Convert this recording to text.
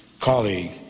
colleague